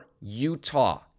Utah